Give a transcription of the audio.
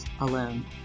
alone